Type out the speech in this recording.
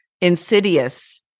insidious